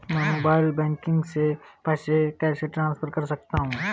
मैं mobile banking से पैसे कैसे ट्रांसफर कर सकता हूं?